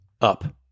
up